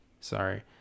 Sorry